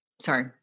sorry